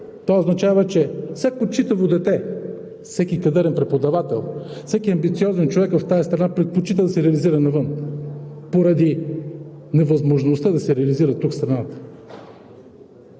Това означава, че всяко читаво дете, всеки кадърен преподавател, всеки амбициозен човек в тази страна предпочита да се реализира навън поради невъзможността да се реализира тук, в страната.